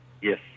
Yes